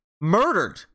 murdered